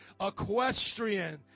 Equestrian